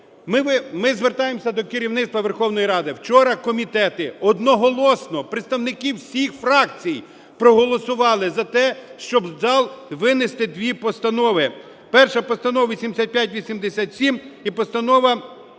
Ми звертаємося до керівництва Верховної Ради. Вчора комітети одноголосно, представники всіх фракцій, проголосували за те, щоб в зал винести дві постанови: перша – Постанова 8587 і Постанова